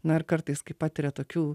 na ir kartais kai patiria tokių